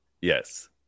yes